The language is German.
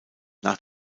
nach